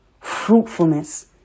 fruitfulness